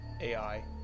AI